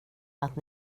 att